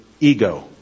ego